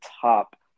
top